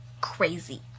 crazy